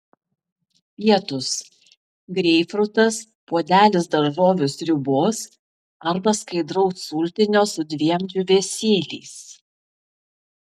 pietūs greipfrutas puodelis daržovių sriubos arba skaidraus sultinio su dviem džiūvėsėliais